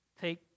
take